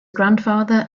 grandfather